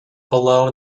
below